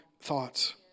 thoughts